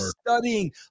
studying